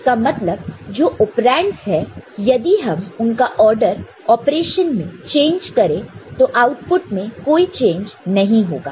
उसका मतलब जो ऑपरेंडस है यदि हम उनका आर्डर ऑपरेशन में चेंज करें तो आउटपुट में कोई चेंज नहीं होगा